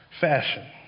fashion